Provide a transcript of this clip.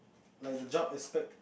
like the job aspect